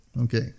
Okay